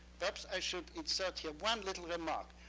perhaps i should and search your one little remark.